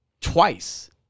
twice